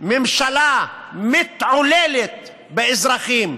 ממשלה מתעללת באזרחים,